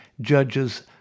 judges